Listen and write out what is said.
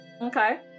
Okay